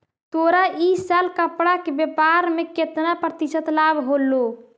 तोरा इ साल कपड़ा के व्यापार में केतना प्रतिशत लाभ होलो?